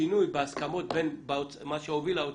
בשינוי, בהסכמות בין מה שהוביל האוצר,